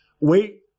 Wait